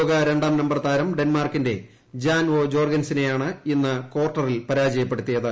ലോകരണ്ടാം number താരംഡെൻമാർക്കിന്റെ Jan O ജോർഗെൻസനെയാണ്ഇന്ന്ക്ക് ാർട്ട്റിൽ പരാജയപ്പെടുത്തിയത്